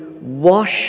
wash